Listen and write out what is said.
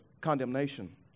condemnation